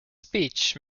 speech